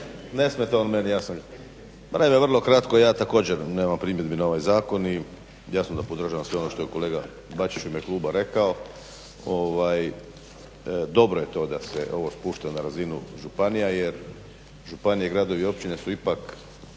Ne smeta on meni. Pa naime vrlo kratko, ja također nemam primjedbi na ovaj zakon i jasno da podržavam sve ono što je kolega Bačić u ime kluba rekao. Dobro je to da se ovo spušta na razinu županija jer županije, gradovi i općine su ipak